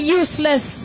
useless